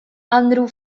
anruf